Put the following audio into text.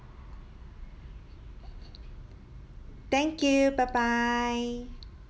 thank you bye bye